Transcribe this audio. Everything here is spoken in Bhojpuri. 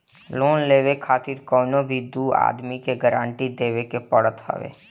लोन लेवे खातिर कवनो भी दू आदमी के गारंटी देवे के पड़त हवे